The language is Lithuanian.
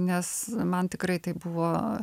nes man tikrai tai buvo